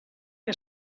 que